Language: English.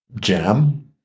jam